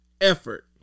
effort